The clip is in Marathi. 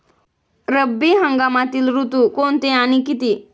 रब्बी हंगामातील ऋतू कोणते आणि किती?